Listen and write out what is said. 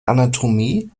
anatomie